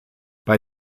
bei